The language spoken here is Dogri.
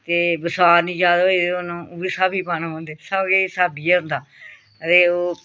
ते बसार नी ज्यादा होई गेदे होन ओह् बी स्हाबी दे पाना पौंदे सब किश स्हाबी दा गै होंदा ते ओह्